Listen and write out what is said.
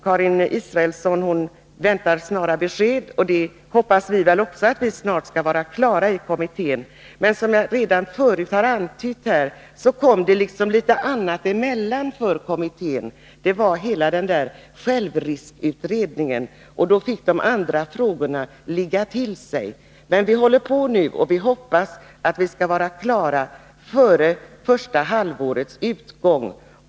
Karin Israelsson väntar besked snart, och även vi i kommittén hoppas att arbetet snart skall bli klart. Som jag redan förut har antytt kom det litet annat arbete mellan för kommittén, nämligen hela självrisksutredningen. Då fick de andra frågorna vänta. Men vi arbetar f. n. och hoppas att vi skall kunna vara klara före nästa halvårs utgång.